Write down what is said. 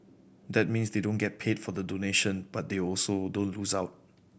that means they don't get paid for the donation but they also don't lose out